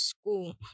school